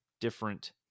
different